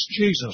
Jesus